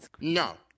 No